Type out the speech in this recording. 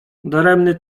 daremny